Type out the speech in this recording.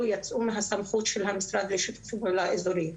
יצאו מהסמכות של המשרד לשיתוף פעולה אזורי.